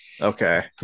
Okay